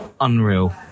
Unreal